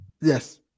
Yes